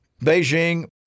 Beijing